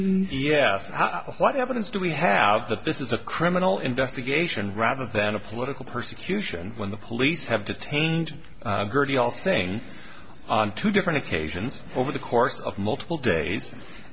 sorry yes what evidence do we have that this is a criminal investigation rather than a political persecution when the police have detained saying two different occasions over the course of multiple days